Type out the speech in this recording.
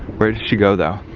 where did she go though?